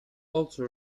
also